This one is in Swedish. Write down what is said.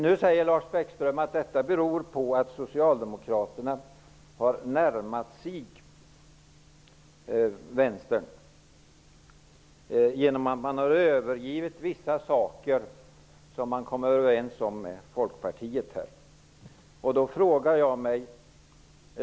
Nu säger Lars Bäckström att detta beror på att Socialdemokraterna har närmat sig Vänstern och har övergivit vissa saker som det hade kommit överens med Folkpartiet om.